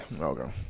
Okay